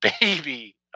baby